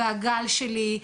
והגל שלי.